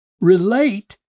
relate